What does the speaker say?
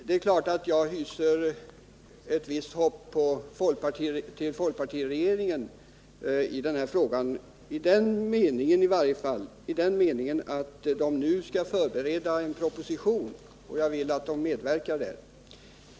Det är klart att jag har vissa förhoppningar på folkpartiregeringen i den här frågan, i varje fall i den meningen att den nu förbereder nästa års proposition på detta område.